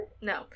No